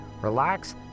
relax